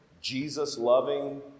jesus-loving